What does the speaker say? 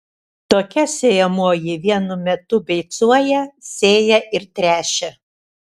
tokia sėjamoji vienu metu beicuoja sėja ir tręšia